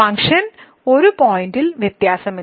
function 1 പോയിന്റിൽ വ്യത്യാസമില്ല